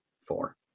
four